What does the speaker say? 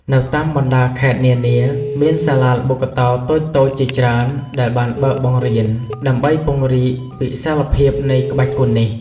នៅតាមបណ្ដាខេត្តនានា មានសាលាល្បុក្កតោតូចៗជាច្រើនដែលបានបើកបង្រៀនដើម្បីពង្រីកវិសាលភាពនៃក្បាច់គុននេះ។